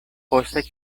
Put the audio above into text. poste